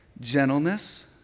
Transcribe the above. gentleness